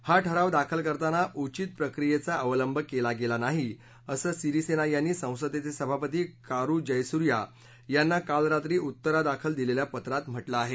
हा ठराव दाखल करताना उचित प्रक्रियेचा अवलंब केला गेला नाही असं सिरीसेना यांनी संसदेचे सभापती कारु जैसूर्या यांना काल रात्री उत्तरादाखल दिलेल्या पत्रात म्हटलं आहे